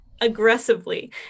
aggressively